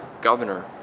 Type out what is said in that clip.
governor